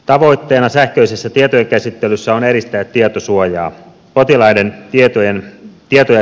tavoitteena sähköisessä tietojenkäsittelyssä on edistää tietosuojaa